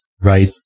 Right